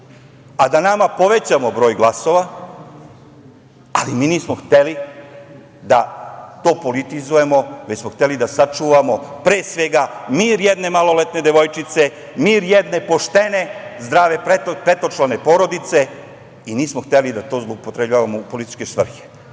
a da nama povećamo broj glasova, ali mi nismo hteli da to politizujemo, već smo hteli da sačuvamo pre svega mir jedne maloletne devojčice, mir jedne poštene, zdrave petočlane porodice i nismo hteli da to zloupotrebljavamo u političke svrhe. Ali,